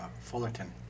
Fullerton